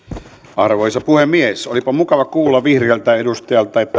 arvoisa puhemies olipa mukava kuulla vihreältä edustajalta että